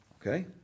okay